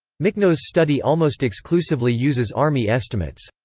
michno's study almost exclusively uses army estimates.